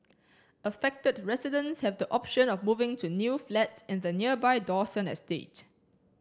affected residents have the option of moving to new flats in the nearby Dawson estate